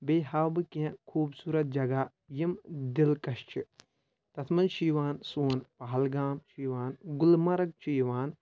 بیٚیہِ ہاو بہٕ کینٛہہ خوٗبصوٗرت جگہ یِم دِلکش چھِ تَتھ منٛز چھِ یِوان سون پہلگام چھُ یِوان گُلمَرگ چھُ یِوان